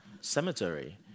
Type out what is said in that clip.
cemetery